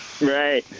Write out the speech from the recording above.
Right